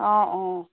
অঁ অঁ